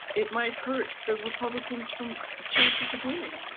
it might hurt the republicans from chances of winning.